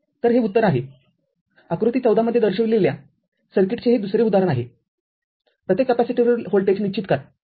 तर हे उत्तर आहे आकृती १४ मध्ये दर्शविलेल्या सर्किटचे हे दुसरे उदाहरण आहे प्रत्येक कॅपेसिटरवरील व्होल्टेज निश्चित करा